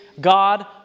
God